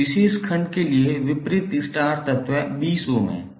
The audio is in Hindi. इस विशेष खंड के लिए विपरीत स्टार तत्व 20 ओम है